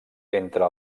entre